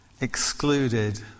excluded